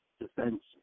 defense